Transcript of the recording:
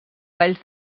valls